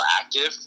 active